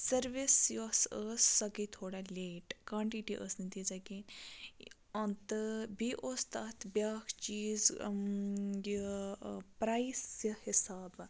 service یۄس ٲس سۄ گٔے تھوڑا لیٹ کانٹِٹی ٲس نہٕ تیٖژاہ کِہِنۍ ان تہٕ بیٚیہِ اوس تَتھ بیٛاکھ چیٖز یہِ پرٛایِس حِسابہٕ